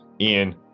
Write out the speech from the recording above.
Ian